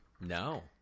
No